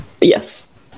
Yes